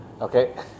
okay